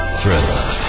Thriller